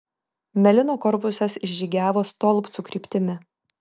melino korpusas išžygiavo stolpcų kryptimi